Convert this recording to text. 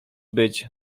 być